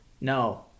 No